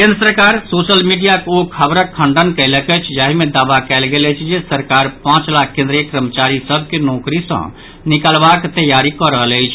केन्द्र सरकार सोशल मीडियाक ओ खबरक खंडन कयलक अछि जाहि मे दावा कयल गेल अछि जे सरकार पांच लाख केन्द्रीय कर्मचारी सभ के नोकरी सँ निकलबाक तैयारी कऽ रहल अछि